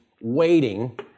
waiting